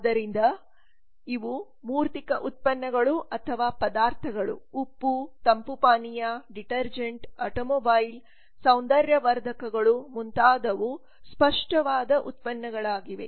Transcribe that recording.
ಆದ್ದರಿಂದ ಇವು ಮೂರ್ತಿಕ ಉತ್ಪನ್ನಗಳು ಅಥವಾ ಪದಾರ್ಥಗಳು ಉಪ್ಪು ತಂಪು ಪಾನೀಯ ಡಿಟರ್ಜೆಂಟ್ ಆಟೋಮೊಬೈಲ್ ಸೌಂದರ್ಯವರ್ಧಕಗಳು ಮುಂತಾದವು ಸ್ಪಷ್ಟವಾದ ಉತ್ಪನ್ನಗಳಾಗಿವೆ